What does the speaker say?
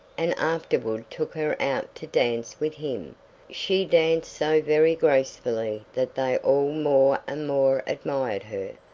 and afterward took her out to dance with him she danced so very gracefully that they all more and more admired her.